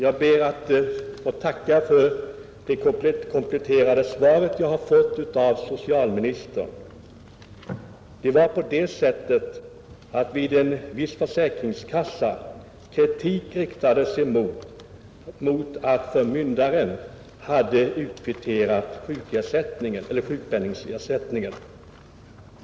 Herr talman! Jag ber att få tacka socialministern för det kompletterande svaret. Vid en viss försäkringskassa riktades kritik mot att en förmyndare hade utkvitterat sjukpenning.